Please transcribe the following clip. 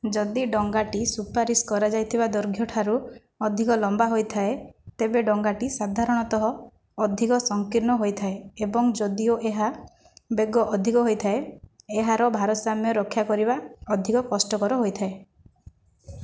ଯଦି ଡଙ୍ଗାଟି ସୁପାରିସ୍ କରାଯାଇଥିବା ଦୈର୍ଘ୍ୟଠାରୁ ଅଧିକ ଲମ୍ବା ହୋଇଥାଏ ତେବେ ଡଙ୍ଗାଟି ସାଧାରଣତଃ ଅଧିକ ସଙ୍କୀର୍ଣ୍ଣ ହୋଇଥାଏ ଏବଂ ଯଦିଓ ଏହା ବେଗ ଅଧିକ ହୋଇଥାଏ ଏହାର ଭାରସାମ୍ୟ ରକ୍ଷା କରିବା ଅଧିକ କଷ୍ଟକର ହୋଇଥାଏ